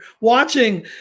watching